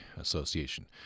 Association